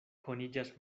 koniĝas